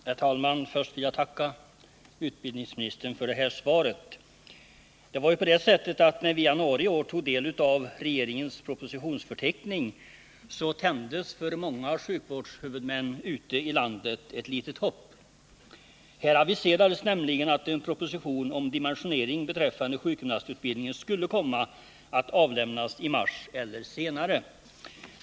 Herr talman! Först vill jag tacka utbildningsministern för detta svar. När vi i januari i år tog del av regeringens propositionsförteckning tändes för många sjukvårdshuvudmän ute i landet ett litet hopp. Här aviserades nämligen att en proposition om dimensionering beträffande sjukgymnastutbildningen skulle komma att avlämnas i mars eller senare.